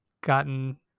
gotten